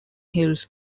hills